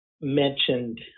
mentioned